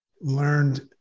learned